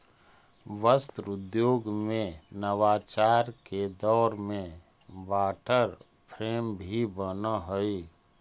वस्त्र उद्योग में नवाचार के दौर में वाटर फ्रेम भी बनऽ हई